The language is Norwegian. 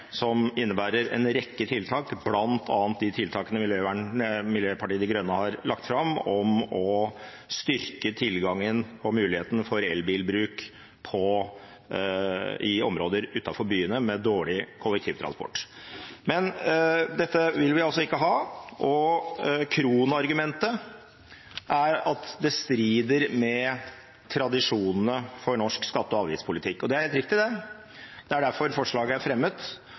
som innebærer en rekke tiltak, bl.a. de tiltakene Miljøpartiet De Grønne har lagt fram om å styrke tilgangen og muligheten for elbilbruk i områder utenfor byene med dårlig kollektivtransport. Men dette vil vi altså ikke ha, og kronargumentet er at det strider med tradisjonene for norsk skatte- og avgiftspolitikk. Det er helt riktig, det er derfor forslaget er fremmet.